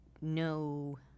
no